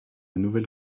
nouvelle